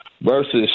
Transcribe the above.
versus